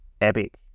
epic